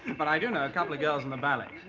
but i do know a couple of girls in the ballet.